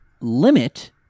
limit